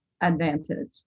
advantage